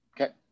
Okay